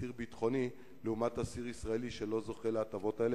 אסיר ביטחוני לעומת אסיר ישראלי שלא זוכה להטבות האלה.